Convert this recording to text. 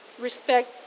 respect